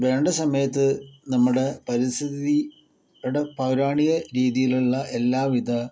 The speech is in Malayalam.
വേണ്ട സമയത്ത് നമ്മുടെ പരിസ്ഥിതിയുടെ പൗരാണിക രീതിയിലുള്ള എല്ലാവിധ